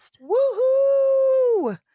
Woo-hoo